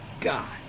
god